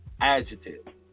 adjective